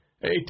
Hey